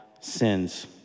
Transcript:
sins